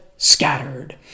Scattered